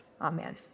Amen